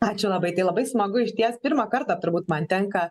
ačiū labai tai smagu išties pirmą kartą turbūt man tenka